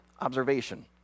observation